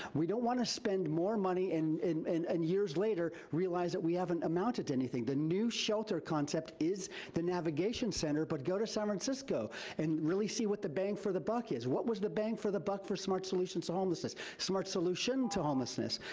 we don't want to spend more money and and and years later realize that we haven't amounted anything. the new shelter concept is the navigation center, but go to san francisco and really see what the bang for the buck is. what was the bang for the buck for smart solutions to homelessness? smart solution to homelessness,